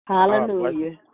Hallelujah